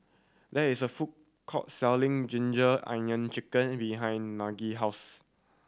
there is a food court selling ginger onion chicken behind Nigel house